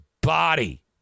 body